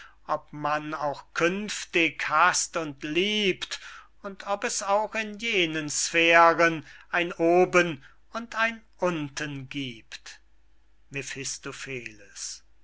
ob man auch künftig haßt und liebt und ob es auch in jenen sphären ein oben oder unten giebt